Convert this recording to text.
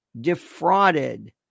defrauded